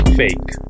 fake